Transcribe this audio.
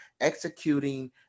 executing